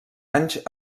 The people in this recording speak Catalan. anys